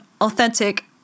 authentic